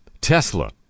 Tesla